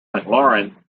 mclaren